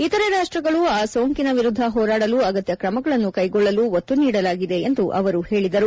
ಇತರೆ ರಾಷ್ಟಗಳು ಆ ಸೋಂಕಿನ ವಿರುದ್ಧ ಹೋರಾಡಲು ಅಗತ್ಯ ಕ್ರಮಗಳನ್ನು ಕ್ಟೆಗೊಳ್ಳಲು ಒತ್ತು ನೀಡಲಾಗಿದೆ ಎಂದು ಅವರು ಹೇಳಿದರು